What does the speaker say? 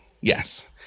Yes